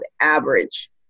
average